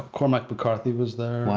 cormac mccarthy was there,